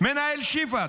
מנהל שיפא.